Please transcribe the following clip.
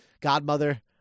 godmother